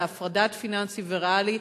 להפרדת פיננסי וריאלי,